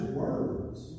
words